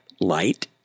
light